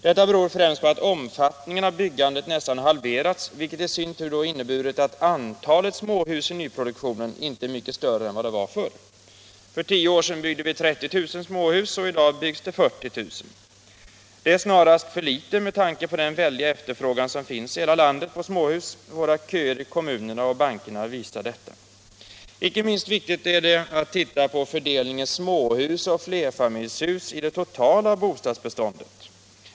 Detta beror främst på att omfattningen på byggandet nästan stagnerat, vilket i sin tur betytt att antalet småhus i nyproduktionen inte är mycket större än vad det var förr. För tio år sedan byggde vi 30 000 småhus och i dag byggs det 40 000. Det är snarast för litet med tanke på den väldiga efterfrågan på småhus som råder i hela landet — våra köer i kommunerna och bankerna visar detta. Icke minst viktigt är det att titta på fördelningen mellan småhus och flerfamiljshus i det totala bostadsbeståndet.